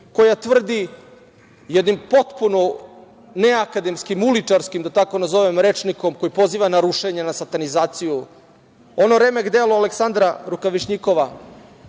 koja tvrdi jednim potpuno neakademskim, uličarskim, da tako nazovem, rečnikom koji poziva na rušenje, na satanizaciju. Ono remek delo Aleksandra Rukavišnjikova